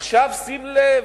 עכשיו שים לב,